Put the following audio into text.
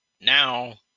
now